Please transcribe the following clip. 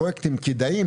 פרויקטים כדאיים,